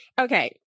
okay